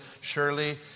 surely